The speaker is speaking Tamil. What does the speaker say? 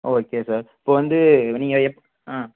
ஓகே சார் இப்போ வந்து நீங்கள் எப் ஆ